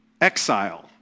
Exile